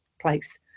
place